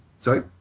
Sorry